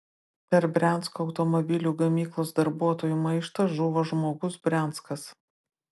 per briansko automobilių gamyklos darbuotojų maištą žuvo žmogus brianskas